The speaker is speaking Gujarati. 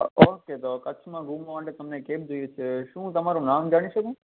અ ઓકે તો કચ્છમાં ઘુમવા માટે તમને કેબ જોઈએ છે શું હું તમારું નામ જાણી શકું